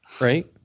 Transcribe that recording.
Right